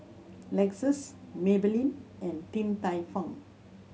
Lexus Maybelline and Din Tai Fung